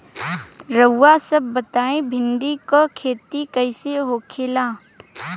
रउआ सभ बताई भिंडी क खेती कईसे होखेला?